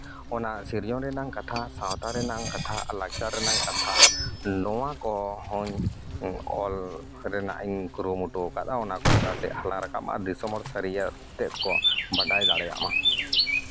ᱚᱱᱟ ᱥᱤᱨᱡᱚᱱ ᱨᱮᱱᱟᱜ ᱠᱟᱛᱷᱟ ᱥᱟᱶᱛᱟ ᱨᱮᱱᱟᱜ ᱠᱟᱛᱷᱟ ᱞᱟᱠᱪᱟᱨ ᱨᱮᱱᱟᱜ ᱠᱟᱛᱷᱟ ᱱᱚᱣᱟ ᱠᱚ ᱦᱚᱧ ᱚᱞ ᱨᱮᱱᱟᱜ ᱤᱧ ᱠᱩᱨᱩᱢᱩᱴᱩᱣ ᱟᱠᱟᱫᱟ ᱚᱱᱟ ᱠᱚ ᱪᱮᱫᱟᱜ ᱥᱮ ᱟᱯᱱᱟᱨ ᱟᱠᱟᱫᱟ ᱫᱤᱥᱚᱢ ᱦᱚᱲ ᱥᱟᱹᱨᱭᱟᱹᱛ ᱛᱮᱫ ᱠᱚ ᱵᱟᱰᱟᱭ ᱫᱟᱲᱮᱭᱟᱜ ᱢᱟ